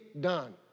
done